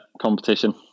competition